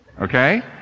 Okay